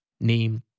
name